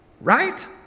Right